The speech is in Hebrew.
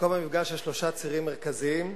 מקום המפגש של שלושה צירים מרכזיים: